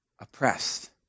oppressed